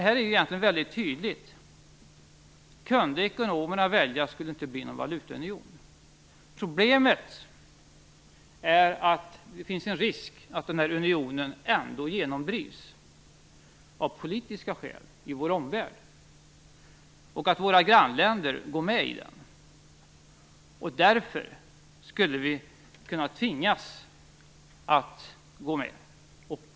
Här framgår det väldigt tydligt att om ekonomerna kunde välja så skulle det inte bli någon valutaunion. Problemet är att det finns en risk för att unionen ändå genomdrivs av politiska skäl i vår omvärld och att våra grannländer går med i den. Därför skulle vi kunna tvingas att gå med.